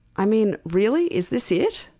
i mean really? is this it?